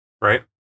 Right